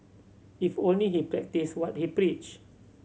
if only he practised what he preached